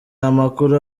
amakuru